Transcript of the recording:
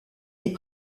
est